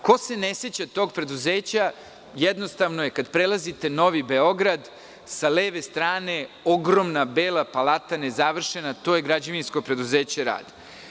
Ko se ne seća tog preduzeća, jednostavno je, kada prelazite Novi Beograd, sa leve strane ogromna bela palata, nezavršena, to je Građevinsko preduzeće RAD.